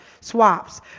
swaps